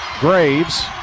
Graves